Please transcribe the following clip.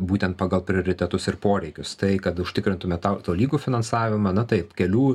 būtent pagal prioritetus ir poreikius tai kad užtikrintume tau tolygų finansavimą na taip kelių